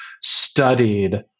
studied